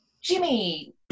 Jimmy